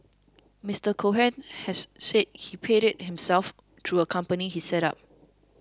Mister Cohen has said he paid it himself through a company he set up